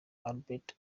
albert